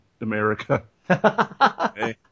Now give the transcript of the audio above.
america